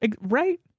Right